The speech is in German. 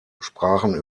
sprachen